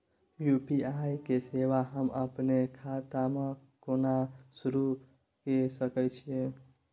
UPI के सेवा हम अपने खाता म केना सुरू के सके छियै?